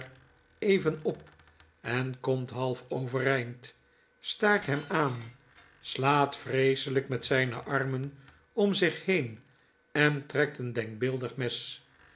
even op en komt half overeind staart hem aan slaat vreeselp met zpe armen om zich heen en trekt een deakbeeldig mes